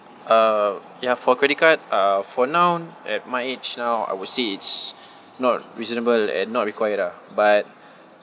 uh ya for credit card uh for now at my age now I would say it's not reasonable and not required ah but